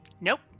Nope